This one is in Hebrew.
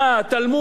תלמוד.